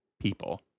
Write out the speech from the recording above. people